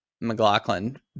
McLaughlin